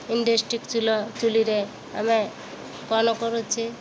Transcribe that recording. induction ଚୁଲା ଚୁଲିରେ ଆମେ କ'ଣ କରୁଛେ